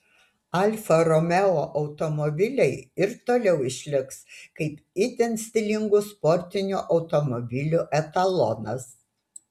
alfa romeo automobiliai ir toliau išliks kaip itin stilingų sportinių automobilių etalonas